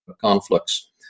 conflicts